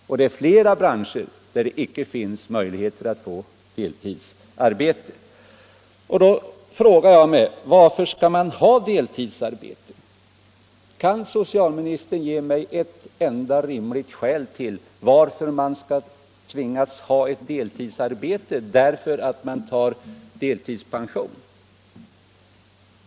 Och det finns flera branscher där det icke finns möjligheter att få deltidsarbete. Då frågar jag mig: Varför skall man ha kvar kravet på deltidsarbete? Kan socialministern ge mig ett enda rimligt skäl till varför man skall tvingas ha ett deltidsarbete för att ta delpension.